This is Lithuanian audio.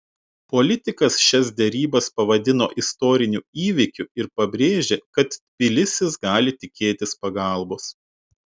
politikas šias derybas pavadino istoriniu įvykiu ir pabrėžė kad tbilisis gali tikėtis pagalbos